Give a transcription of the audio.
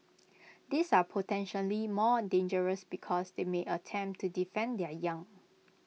these are potentially more dangerous because they may attempt to defend their young